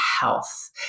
health